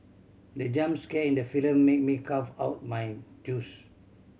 the jump scare in the film made me cough out my juice